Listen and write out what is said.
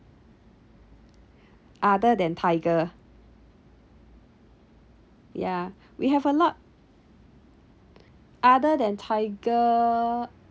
other than tiger yeah we have a lot other than tiger